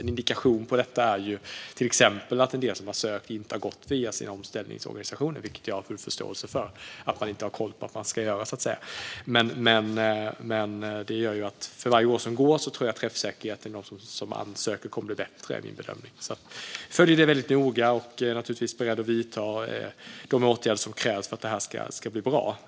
En indikation på detta är till exempel att en del som har sökt inte har gått via sina omställningsorganisationer. Jag har full förståelse för att man inte har koll på att man ska göra det. För varje år som går tror jag att träffsäkerheten för dem som ansöker kommer att bli bättre. Det är min bedömning. Jag följer det väldigt noga. Jag är naturligtvis beredd att vidta de åtgärder som krävs för att det ska bli bra.